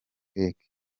keke